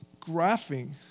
graphing